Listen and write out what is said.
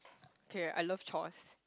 okay I love chores